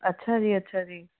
ਅੱਛਾ ਜੀ ਅੱਛਾ ਜੀ